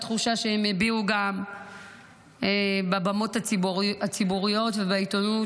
תחושה שהם הביעו גם בבמות הציבוריות ובעיתונות,